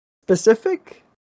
specific